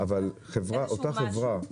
של המוסך עצמו.